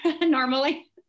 normally